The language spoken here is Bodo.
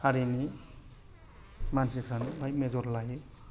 हारिनि मानसिफ्रानो बेवहाय मेजर लायो